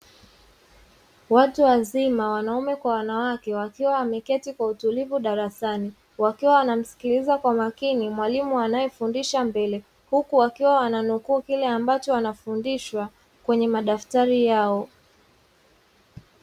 Watu wazima wanaume kwa wanawake wakiwa wameketi kwa utulivu darasani, wakiwa wanamsikiliza kwa makini mwalimu anayefundisha mbele, huku wakiwa wananukuu kile ambacho wanafundishwa kwenye madaftari yao.